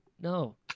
no